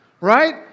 right